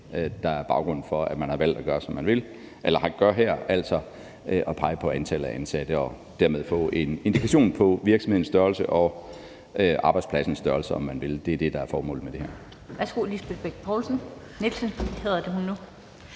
der er baggrunden for, at man har valgt at gøre, som man gør her, altså at pege på antallet af ansatte for dermed at få en indikation af virksomhedens størrelse og arbejdspladsens størrelse, om man vil. Det er det, der er formålet med det her.